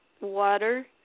water